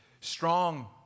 strong